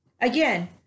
again